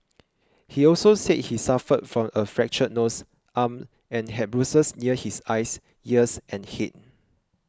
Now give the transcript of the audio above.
he also said he suffered from a fractured nose arm and had bruises near his eyes ears and head